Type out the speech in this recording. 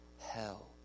hell